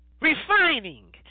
refining